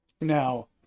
now